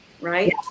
right